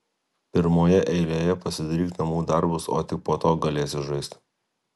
pirmoje eilėje pasidaryk namų darbus o tik po to galėsi žaisti